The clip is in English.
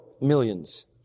millions